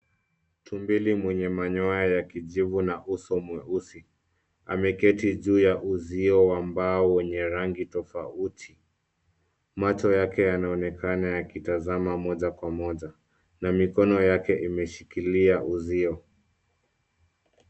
Tumbili mwenye manyoya ya kijivu na uso mweusi. Ameketi juu ya uzio wa mbao wenye rangi tofauti. Macho yake yanaonekana yakitazama moja kwa moja na mikono yake imeshikilia uzio.